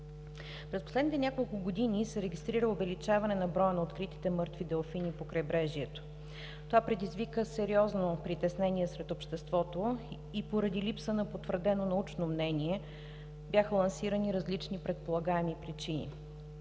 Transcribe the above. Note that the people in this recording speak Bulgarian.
През последните няколко години се регистрира увеличаване на броя на откритите мъртви делфини по крайбрежието. Това предизвика сериозно притеснение сред обществото и поради липса на потвърдено научно мнение бяха лансирани различни предполагаеми причини.